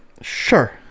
Sure